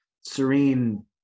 serene